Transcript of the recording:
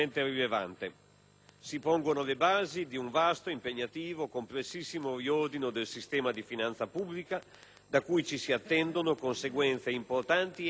Si pongono le basi di un vasto, impegnativo ed estremamente complesso riordino del sistema di finanza pubblica da cui ci si attendono conseguenze importanti ed innovative.